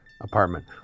apartment